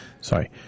Sorry